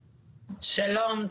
שלום,